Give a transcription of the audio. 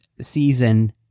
season